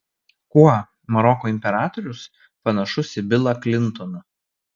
kuo maroko imperatorius panašus į bilą klintoną